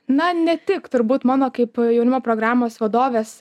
na ne tik turbūt mano kaip jaunimo programos vadovės